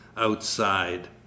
outside